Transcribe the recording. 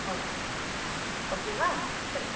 okay ஓகேவா சரி